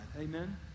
Amen